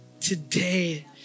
today